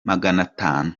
maganatanu